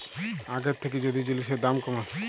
আগের থ্যাইকে যদি জিলিসের দাম ক্যমে